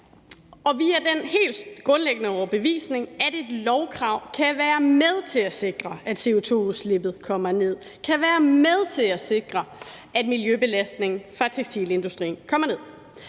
Og vi er af den helt grundlæggende overbevisning, at et lovkrav kan være med til at sikre, at CO2-udslippet kommer ned, kan være med til at sikre, at miljøbelastningen fra tekstilindustrien kommer ned.